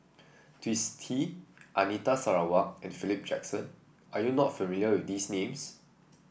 Twisstii Anita Sarawak and Philip Jackson are you not familiar with these names